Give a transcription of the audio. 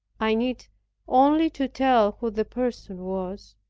i needed only to tell who the person was,